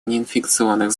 неинфекционных